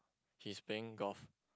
he's playing golf